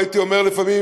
הייתי אומר לפעמים: